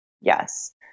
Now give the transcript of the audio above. Yes